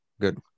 good